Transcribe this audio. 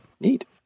neat